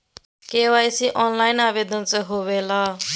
KYC online आवेदन से होवे ला?